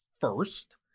first